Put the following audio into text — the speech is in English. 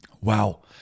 Wow